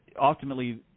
ultimately